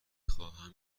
خواهم